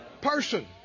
person